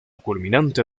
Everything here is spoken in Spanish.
culminante